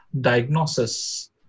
diagnosis